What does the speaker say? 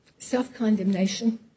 self-condemnation